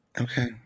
Okay